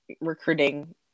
recruiting